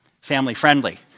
family-friendly